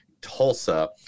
Tulsa